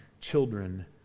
children